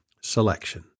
selection